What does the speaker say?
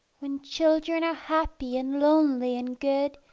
when children are happy and lonely and good,